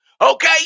Okay